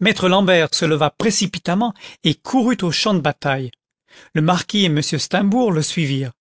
maître l'ambèrt se leva précipitamment et courut au champ de bataille le marquis et m steimbourg le suivirent